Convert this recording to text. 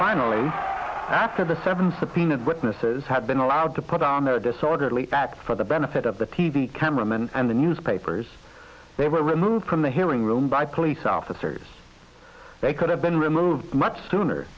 finally after the seven subpoenaed witnesses had been allowed to put on a disorderly that for the benefit of the t v cameraman and the newspapers they were removed from the hearing room by police officers they could have been removed much sooner